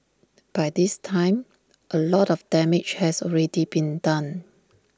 by this time A lot of damage has already been done